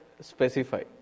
specify